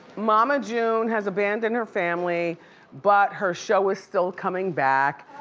mama june has abandoned her family but her show is still coming back.